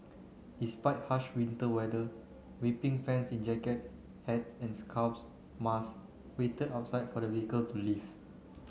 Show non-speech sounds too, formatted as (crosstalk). despite harsh winter weather weeping fans in jackets hats and scarves (unintelligible) wait outside for the vehicle to leave